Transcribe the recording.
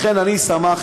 לכן אני שמחתי.